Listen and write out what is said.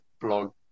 blog